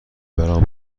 برام